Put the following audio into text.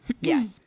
Yes